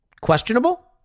questionable